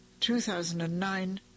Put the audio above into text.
2009